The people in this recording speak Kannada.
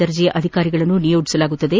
ದರ್ಜೆಯ ಅಧಿಕಾರಿಗಳನ್ನು ನಿಯೋಜಿಸಲಾಗುವುದು